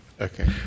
Okay